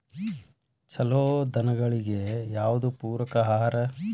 ಛಲೋ ದನಗಳಿಗೆ ಯಾವ್ದು ಪೂರಕ ಆಹಾರ?